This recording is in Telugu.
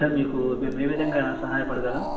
సార్ మీకు మేము ఏవిధంగా సహాయపడగలం